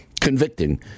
convicting